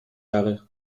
jahre